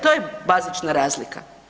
To je bazična razlika.